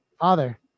father